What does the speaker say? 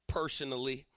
personally